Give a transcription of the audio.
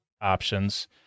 options